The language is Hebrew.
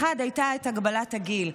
אחת הייתה הגבלת הגיל.